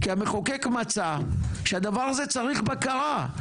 כי המחוקק מצא שהדבר הזה צריך בקרה.